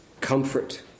Comfort